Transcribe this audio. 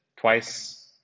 twice